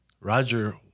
Roger